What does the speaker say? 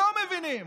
לא מבינים.